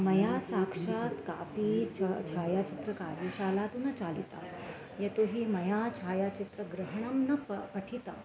मया साक्षात् कापि चा छायाचित्रकार्यशाला तु न चालिता यतो हि मया छायाचित्रग्रहणं न प पठिता